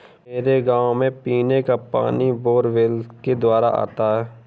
मेरे गांव में पीने का पानी बोरवेल के द्वारा आता है